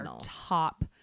top